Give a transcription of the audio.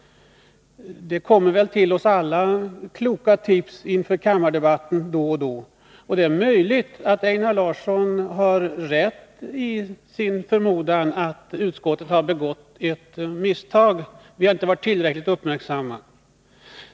Det kommer väl till oss alla kloka tips inför kammardebatter då och då, och det är möjligt att Einar Larsson har rätt i sin förmodan att utskottet har begått ett misstag, att vi inte har varit tillräckligt uppmärksamma.